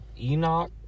Enoch